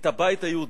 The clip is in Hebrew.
את הבית היהודי.